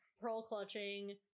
pearl-clutching